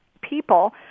people